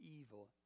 evil